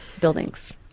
buildings